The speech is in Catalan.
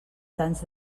tants